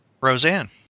Roseanne